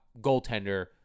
goaltender